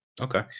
okay